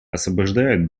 освобождают